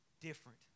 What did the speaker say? different